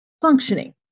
functioning